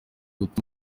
gutuma